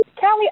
Kelly